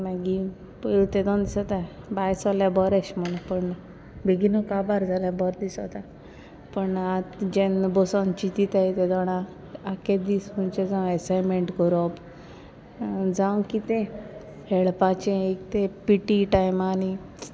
मागी पोयलीं तेदों दिसोता भायर सोरल्यार बोरें ऐशें म्हण पूण बेगीनू काबार जाल्या बोरें दिसोता पूण आतां जेन्ना बोसोन चिंतीताय तेदोणां आख्खो दीस म्हणचे जावं ऍसायनमेंट कोरोप जावं कितें खेळपाचें एक तें पी टी टायमानी